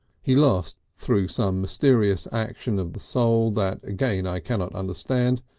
he lost, through some mysterious action of the soul that again i cannot understand,